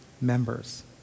members